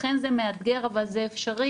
אכן זה מאתגר אבל זה אפשרי,